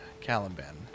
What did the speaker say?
Caliban